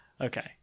okay